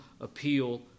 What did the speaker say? appeal